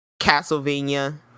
Castlevania